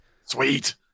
sweet